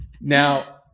Now